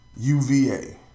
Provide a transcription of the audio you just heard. UVA